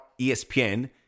ESPN